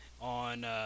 on